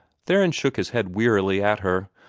theron shook his head wearily at her.